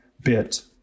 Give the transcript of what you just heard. bit